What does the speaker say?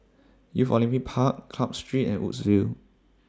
Youth Olympic Park Club Street and Woodsville